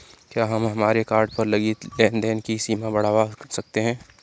क्या हम हमारे कार्ड पर लगी लेन देन की सीमा बढ़ावा सकते हैं?